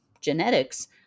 genetics